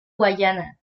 guyana